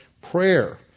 Prayer